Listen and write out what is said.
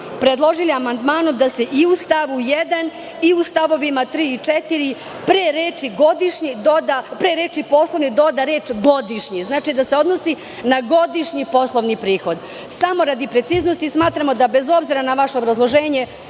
predložili amandmanom da se i u stavu 1. i u stavovima 3. i 4. pre reči: "poslovni", doda reč: "godišnji", odnosno da se odnosi na godišnji poslovni prihod. Samo radi preciznosti, smatramo da, bez obzira na vaše obrazloženje,